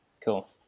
cool